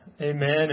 amen